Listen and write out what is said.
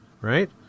right